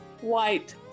white